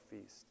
feast